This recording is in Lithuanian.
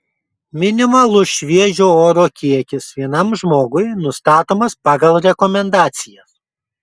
minimalus šviežio oro kiekis vienam žmogui nustatomas pagal rekomendacijas